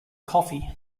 coffee